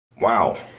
wow